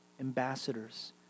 Ambassadors